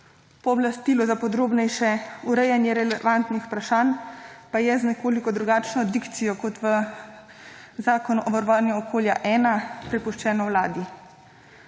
Pooblastilo za podrobnejše urejanje relevantnih vprašanj pa je z nekoliko drugačno dikcijo kot v Zakonu o varovanju okolja 1 prepuščeno Vladi.